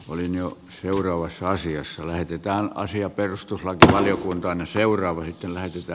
olin jo seuraavassa osiossa leikitään asia perustuslakivaliokuntaa seuraavan eteläisissä